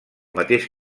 mateix